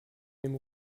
dem